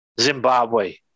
Zimbabwe